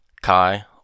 Kai